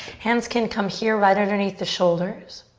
hands can come here right underneath the shoulders.